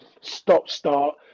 stop-start